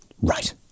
Right